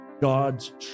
God's